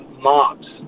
mobs